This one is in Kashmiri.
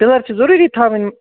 پِلَر چھِ ضروٗری تھاوٕنۍ